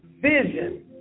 vision